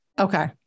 Okay